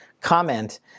comment